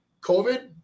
COVID